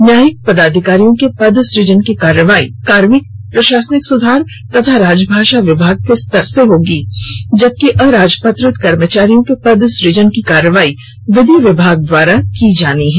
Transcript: न्यायिक पदाधिकारियों के पद सुजन की कार्रवाई कार्मिक प्रशासनिक सुधार तथा राजमाषा विभाग के स्तर से होगी जबकि अराजपत्रित कर्मचारियों के पदसुजन की कार्रवाई विधि विभाग के द्वारा की जानी है